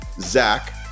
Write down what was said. Zach